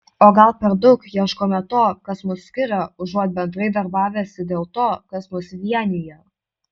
o gal per daug ieškome to kas mus skiria užuot bendrai darbavęsi dėl to kas mus vienija